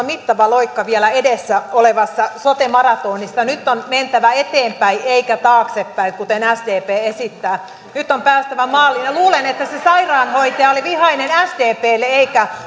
mittava loikka vielä edessä olevassa sote maratonissa nyt on mentävä eteenpäin eikä taaksepäin kuten sdp esittää nyt on päästävä maaliin ja luulen että se sairaanhoitaja oli vihainen sdplle eikä